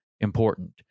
important